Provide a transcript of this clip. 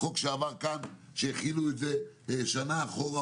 חוק שעבר כאן ושהחילו אותו שנה לאחור.